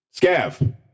scav